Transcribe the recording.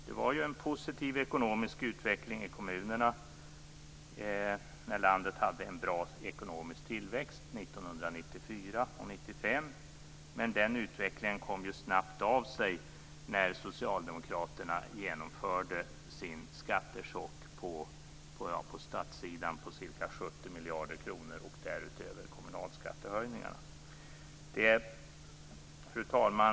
Det var en positiv ekonomisk utveckling i kommunerna när landet hade en bra ekonomisk tillväxt år 1994 och 1995. Men den utvecklingen kom snabbt av sig när socialdemokraterna genomförde sin skattechock på statssidan på ca 70 miljarder kronor, och därutöver skedde kommunalskattehöjningar. Fru talman!